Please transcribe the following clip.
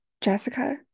Jessica